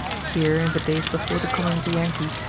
here, in the days before the coming of the yankee,